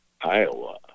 Iowa